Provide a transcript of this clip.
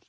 Il